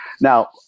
Now